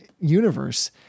universe